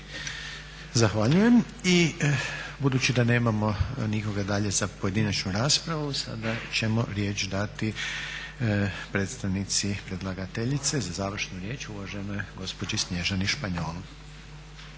Hvala lijepo. I budući da nemamo nikoga dalje za pojedinačnu raspravu, sada ćemo riječ dati predstavnici predlagateljice za završnu riječ uvaženoj gospođi Snježani Španjol.